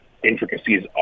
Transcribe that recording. intricacies